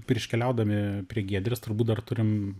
prieš keliaudami prie giedrės turbūt dar turim